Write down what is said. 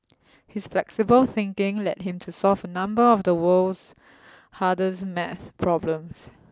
his flexible thinking led him to solve a number of the world's hardest maths problems